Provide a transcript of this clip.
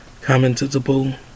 Commentable